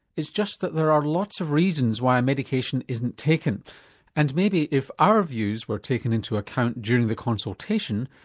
it's just that there are lots of reasons why medication isn't taken and maybe if our views were taken into account during the consultation,